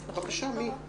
בבקשה, מי?